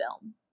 film